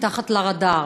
מתחת לרדאר,